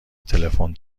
تلفن